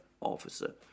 officer